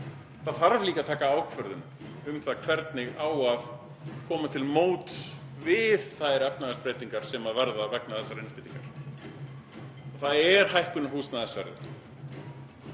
það þarf líka að taka ákvörðun um það hvernig á að koma til móts við þær efnahagsbreytingar sem verða vegna þessarar innspýtingar. Það er hækkun á húsnæðisverði.